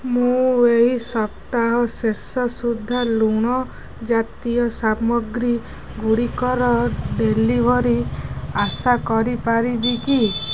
ମୁଁ ଏହି ସପ୍ତାହ ଶେଷ ସୁଦ୍ଧା ଲୁଣ ଜାତୀୟ ସାମଗ୍ରୀଗୁଡ଼ିକର ଡେଲିଭରି ଆଶା କରିପାରିବି କି